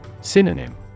Synonym